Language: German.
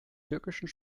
türkischen